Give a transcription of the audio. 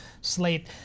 Slate